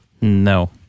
No